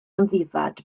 amddifad